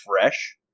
fresh